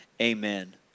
amen